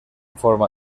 forma